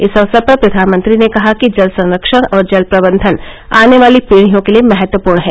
इस अवसर पर प्रधानमंत्री ने कहा कि जल संरक्षण और जल प्रबंधन आने वाली पीढियों के लिए महत्वपूर्ण है